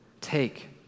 Take